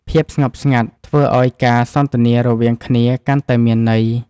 ភាពស្ងប់ស្ងាត់ធ្វើឱ្យការសន្ទនារវាងគ្នាកាន់តែមានន័យ។